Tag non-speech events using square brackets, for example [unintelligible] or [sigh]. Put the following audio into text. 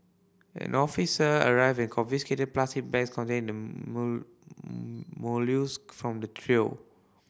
an officer arrived and confiscated plastic bags containing the [unintelligible] from the trio